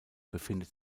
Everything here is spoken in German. befindet